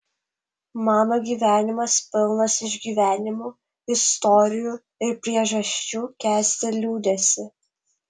mano gyvenimas pilnas išgyvenimų istorijų ir priežasčių kęsti liūdesį